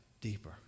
deeper